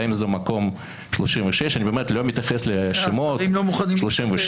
האם זה מקום 36 אני באמת לא מתייחס לשמות 37,